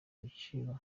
ibiciro